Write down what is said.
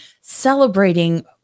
celebrating